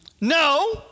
No